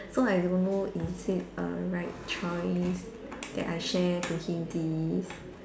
so I don't know is it a right choice that I share to him this